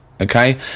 okay